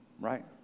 right